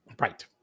Right